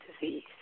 disease